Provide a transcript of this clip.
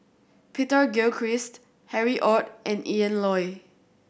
Peter Gilchrist Harry Ord and Ian Loy